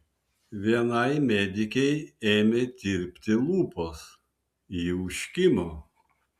vienai medikei ėmė tirpti lūpos ji užkimo